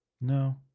No